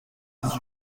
dix